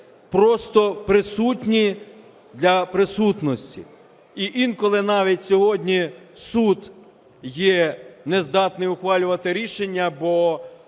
просто присутні для присутності. І інколи навіть сьогодні суд є не здатний ухвалювати рішення, бо